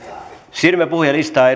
siirrymme puhujalistaan